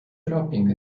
dropping